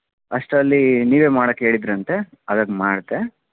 ಅಷ್ಟರಲ್ಲಿ ನೀವೇ ಮಾಡಕ್ಕೆ ಹೇಳಿದ್ದಿರಂತೆ ಹಾಗಾಗಿ ಮಾಡ್ದೆ